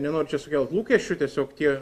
nenoriu čia sukelt lūkesčių tiesiog tie